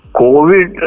covid